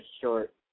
short